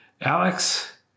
Alex